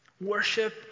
Worship